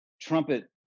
trumpet